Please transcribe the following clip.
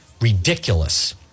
Ridiculous